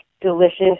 delicious